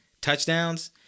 Touchdowns